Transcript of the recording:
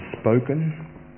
spoken